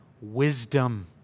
wisdom